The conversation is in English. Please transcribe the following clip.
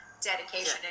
dedication